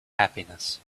happiness